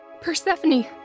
Persephone